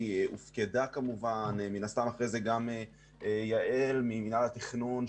הופקדה ומן הסתם גם יעל ממינהל התכנון,